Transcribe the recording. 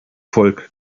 volk